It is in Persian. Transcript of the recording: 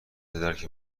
درک